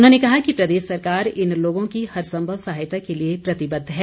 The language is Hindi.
उन्होंने कहा कि प्रदेश सरकार इन लोगों की हर संभव सहायता के लिए प्रतिबद्ध है